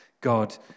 God